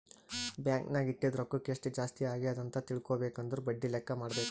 bank ನಾಗ್ ಇಟ್ಟಿದು ರೊಕ್ಕಾಕ ಎಸ್ಟ್ ಜಾಸ್ತಿ ಅಗ್ಯಾದ್ ಅಂತ್ ತಿಳ್ಕೊಬೇಕು ಅಂದುರ್ ಬಡ್ಡಿ ಲೆಕ್ಕಾ ಮಾಡ್ಬೇಕ